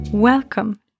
Welcome